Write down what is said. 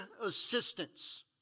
assistance